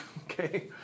Okay